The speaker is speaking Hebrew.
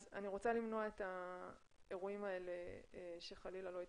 אני רוצה למנוע את האירועים האלה שחלילה לא יתרחשו.